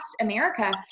America